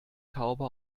taube